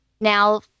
Now